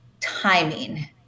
timing